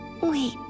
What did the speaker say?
Wait